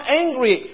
angry